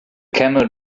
camel